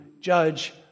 judge